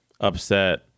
upset